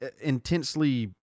intensely